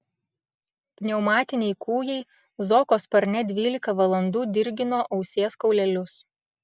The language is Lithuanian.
pneumatiniai kūjai zoko sparne dvylika valandų dirgino ausies kaulelius